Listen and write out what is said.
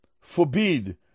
forbid